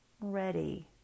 ready